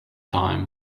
time